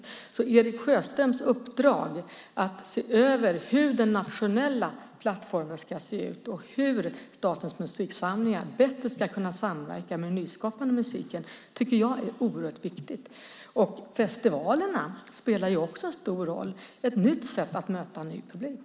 Jag tycker att Eric Sjöströms uppdrag att se över hur den nationella plattformen ska se ut och hur statens musiksamlingar bättre ska kunna samverka med den nyskapande musiken är oerhört viktigt. Festivalerna spelar också en stor roll. Det är ett nytt sätt att möta en ny publik.